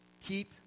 Keep